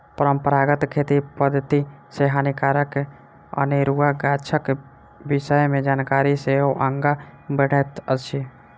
परंपरागत खेती पद्धति सॅ हानिकारक अनेरुआ गाछक विषय मे जानकारी सेहो आगाँ बढ़ैत अछि